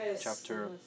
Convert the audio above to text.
chapter